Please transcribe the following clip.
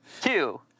Two